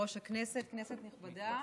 אנחנו ממשיכים בסדר-היום,